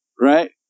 Right